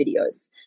videos